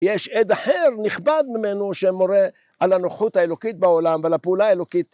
יש עד אחר נכבד ממנו שמורה על הנוחות האלוקית בעולם ועל הפעולה האלוקית.